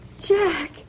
Jack